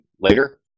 later